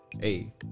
hey